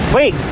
Wait